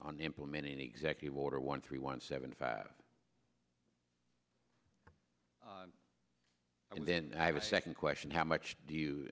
on implementing an executive order one three one seven five and then i have a second question how much do you